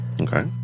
Okay